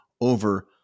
over